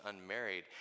unmarried